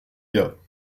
gars